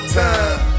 time